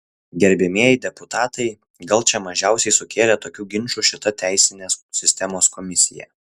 gerbiamieji deputatai gal čia mažiausiai sukėlė tokių ginčų šita teisinės sistemos komisija